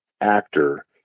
actor